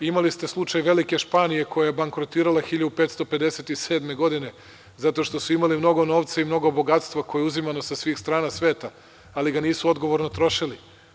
Imali ste slučaj velike Španije koja je bankrotirala 1557. godine, zato što su imali mnogo novca i mnogo bogatstva koje je uzimano sa svih strana sveta, ali ga nisu odgovorno trošili.